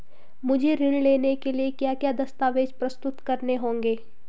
मुझे ऋण लेने के लिए क्या क्या दस्तावेज़ प्रस्तुत करने होंगे?